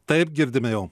taip girdime jau